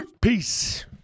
Peace